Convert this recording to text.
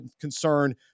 concern